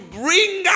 bring